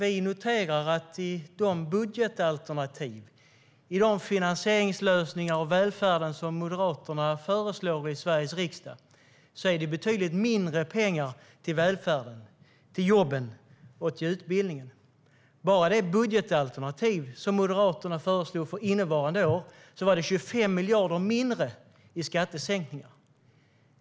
I Moderaternas budgetalternativ, i de finansieringslösningar för välfärden som Moderaterna föreslår i Sveriges riksdag, finns det betydligt mindre pengar till välfärd, jobb och utbildning. I det budgetalternativ som Moderaterna föreslog för innevarande år fanns det 25 miljarder mindre på grund av skattesänkningar.